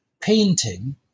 painting